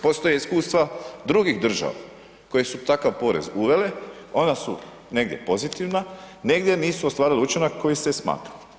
Postoje iskustva drugih država koje su takav porez uvele, ona su negdje pozitivna negdje nisu ostvarila učinak koji se smatrao.